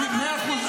מאה אחוז,